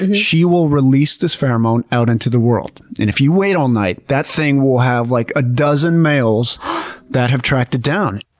she will release this pheromone out into the world, and if you wait all night, that thing will have like a dozen males that have tracked it down.